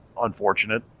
unfortunate